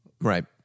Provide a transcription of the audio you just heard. right